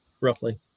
roughly